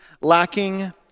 lacking